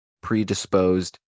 predisposed